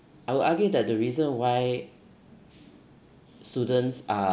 I would argue that the reason why students are